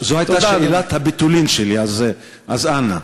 זו הייתה שאלת הבתולין שלי, אז אנא.